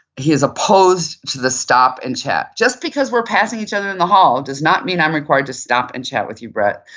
he's opposed to the stop and chat. just because we're passing each other in the hall does not mean i'm required to stop and chat with you, brett.